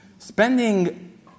Spending